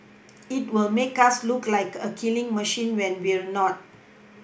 it will make us look like a killing machine when we're not